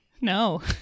no